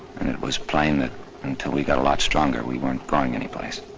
and it was plain that until we got a lot stronger, we weren't going anyplace.